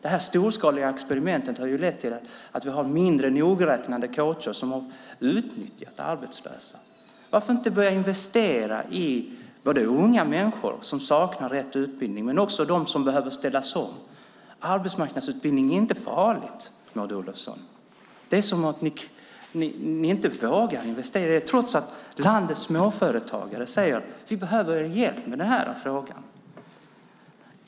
Detta storskaliga experiment har lett till att vi har mindre nogräknade coacher som har utnyttjat arbetslösa. Varför börjar man inte investera i unga människor som saknar rätt utbildning men också i dem som behöver ställas om? Arbetsmarknadsutbildning är inte farlig, Maud Olofsson. Det är som om ni inte vågar investera i sådan, trots att landets småföretagare säger att de behöver hjälp med denna fråga.